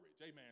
Amen